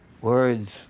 Words